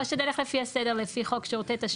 לפי חוק שירותי תשלום.